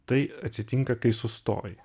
tai atsitinka kai sustoji